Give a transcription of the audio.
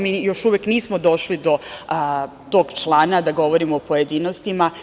Mi još uvek nismo došli do tog člana da govorimo u pojedinostima.